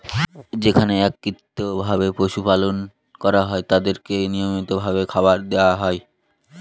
যেখানে একত্রিত ভাবে পশু পালন করা হয় তাদেরকে নিয়মিত ভাবে খাবার দেওয়া হয়